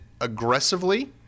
aggressively